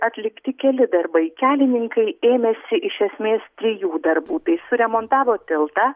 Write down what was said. atlikti keli darbai kelininkai ėmėsi iš esmės triejų darbų tai suremontavo tiltą